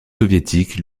soviétiques